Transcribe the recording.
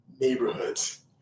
neighborhoods